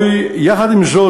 יחד עם זאת,